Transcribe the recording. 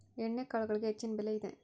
ಎಣ್ಣಿಕಾಳುಗಳಿಗೆ ಹೆಚ್ಚಿನ ಬೆಲೆ ಇದೆ